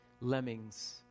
lemmings